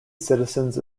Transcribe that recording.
citizens